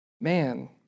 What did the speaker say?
Man